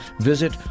visit